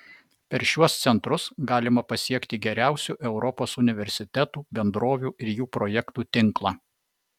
per šiuos centrus galima pasiekti geriausių europos universitetų bendrovių ir jų projektų tinklą